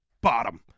bottom